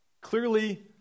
clearly